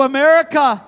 America